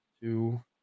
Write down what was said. two